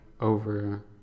over